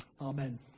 Amen